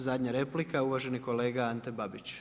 I zadnja replika, uvaženi kolega Ante Babić.